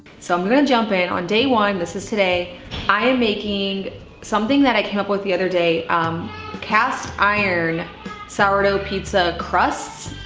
so i'm gonna jump in on day one, this is today. i am making something that i came up with the other day, um cast iron sourdough pizza crusts.